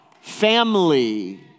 family